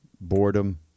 Boredom